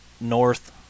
North